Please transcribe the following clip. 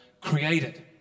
created